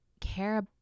care